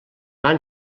van